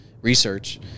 research